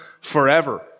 forever